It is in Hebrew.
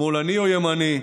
שמאלני או ימני,